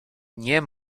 nie